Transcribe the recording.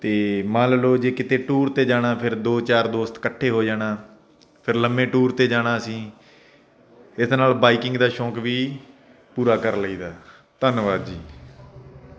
ਅਤੇ ਮੰਨ ਲਓ ਜੀ ਕਿਤੇ ਟੂਰ 'ਤੇ ਜਾਣਾ ਫਿਰ ਦੋ ਚਾਰ ਦੋਸਤ ਇਕੱਠੇ ਹੋ ਜਾਣਾ ਫਿਰ ਲੰਮੇ ਟੂਰ 'ਤੇ ਜਾਣਾ ਅਸੀ ਇਹਦੇ ਨਾਲ ਬਾਈਕਿੰਗ ਦਾ ਸ਼ੌਕ ਵੀ ਪੂਰਾ ਕਰ ਲਈਦਾ ਧੰਨਵਾਦ ਜੀ